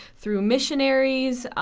through missionaries,